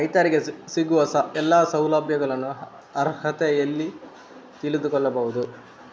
ರೈತರಿಗೆ ಸಿಗುವ ಎಲ್ಲಾ ಸೌಲಭ್ಯಗಳ ಅರ್ಹತೆ ಎಲ್ಲಿ ತಿಳಿದುಕೊಳ್ಳಬಹುದು?